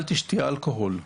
אל תשתי אלכוהול.